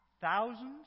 Thousands